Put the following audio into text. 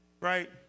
Right